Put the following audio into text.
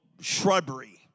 shrubbery